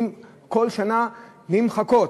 כל שנה נמחקות.